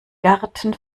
garten